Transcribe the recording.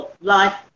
life